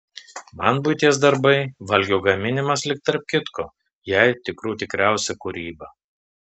man buities darbai valgio gaminimas lyg tarp kitko jai tikrų tikriausia kūryba